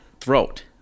throat